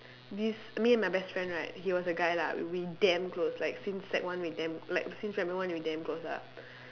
this me and my best friend right he was a guy lah we damn close like since sec one we damn like since primary one we damn close lah